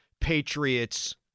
Patriots